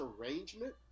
arrangement